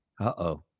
uh-oh